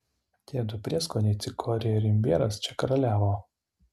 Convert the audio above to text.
tie du prieskoniai cikorija ir imbieras čia karaliavo